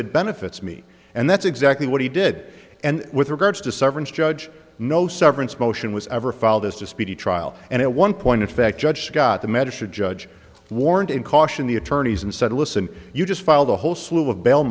it benefits me and that's exactly what he did and with regards to severance judge no severance motion was ever filed as a speedy trial and it one point in fact judge scott the medicine judge warned in caution the attorneys and said listen you just file the whole slew of b